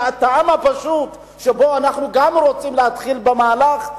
מהטעם הפשוט שאנחנו גם רוצים להתחיל במהלך,